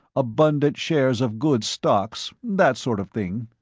abundant shares of good stocks, that sort of thing.